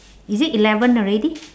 is it eleven already